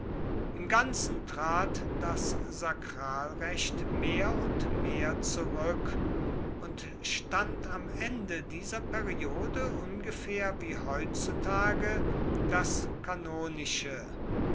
im ganzen trat das sakralrecht mehr und mehr zurück und stand am ende dieser periode ungefähr wie heutzutage das kanonische